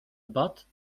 batte